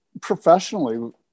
professionally